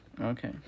Okay